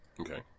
Okay